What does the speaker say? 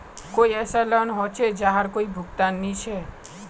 कोई ऐसा लोन होचे जहार कोई भुगतान नी छे?